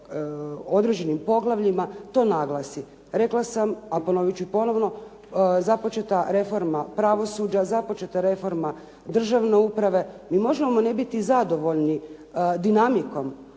određenim poglavljima to naglasi. Rekla sam, a ponoviti ću ponovno, započeta reforma pravosuđa, započeta reforma državne uprave. Mi možemo ne biti zadovoljni dinamikom,